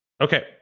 Okay